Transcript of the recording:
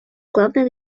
главной